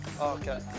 Okay